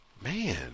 man